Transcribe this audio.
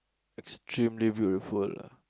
extremely beautiful lah